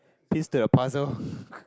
please do your puzzle